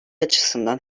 açısından